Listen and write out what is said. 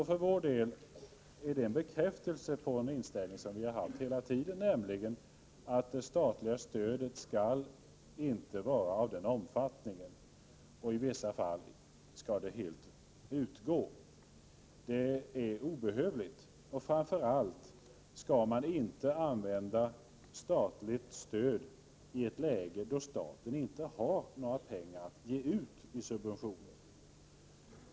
För vår del är det en bekräftelse på en inställning som vi hela tiden har haft, nämligen att det statliga stödet inte skall vara av den omfattningen och att det i vissa fall helt skall tas bort. Det är obehövligt. Man skall framför allt inte använda statligt stöd i ett läge då staten inte har några pengar att ge ut i subventioner.